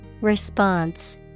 Response